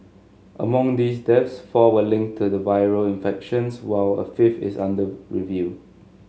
among these deaths four were linked to the viral infections while a fifth is under review